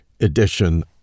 edition